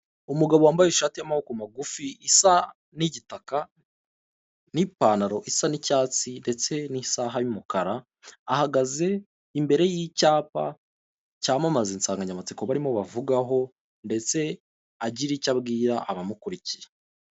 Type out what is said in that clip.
Umugabo wambaye ishati y'amaboko magufi isa n'igitaka, n'ipantaro isa n'icyatsi ndetse n'isaha y'umukara ahagaze imbere y'icyapa cyamamaza, insanganyamatsiko barimo bavugaho, ndetse agira icyo abwira abamukurikiye.